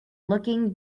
looking